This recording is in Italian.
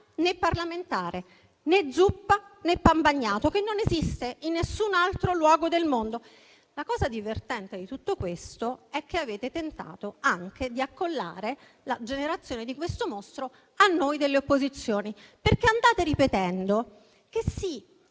né parlamentare, né zuppa, né pan bagnato, che non esiste in nessun altro luogo del mondo. L'aspetto divertente, in tutto questo, è che avete tentato anche di accollare la generazione di questo mostro a noi delle opposizioni. Andate ripetendo che, sì,